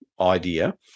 idea